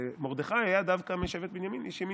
ומרדכי היה דווקא משבט בנימין, איש ימיני.